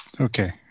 okay